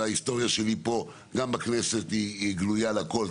וההיסטוריה שלי גם בכנסת היא גלויה לכל.